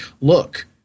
Look